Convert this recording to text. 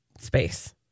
space